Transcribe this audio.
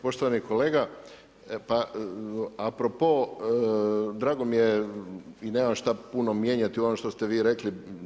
Poštovani kolega, pa a propos drago mi je i nemam šta puno mijenjati u ovom što ste vi rekli.